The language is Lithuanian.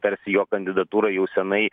tarsi jo kandidatūra jau senai